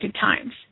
times